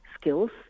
skills